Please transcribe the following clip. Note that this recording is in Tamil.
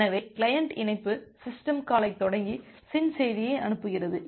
எனவே கிளையன்ட் இணைப்பு சிஸ்டம் காலைத் தொடங்கி SYN செய்தியை அனுப்புகிறது